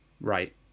right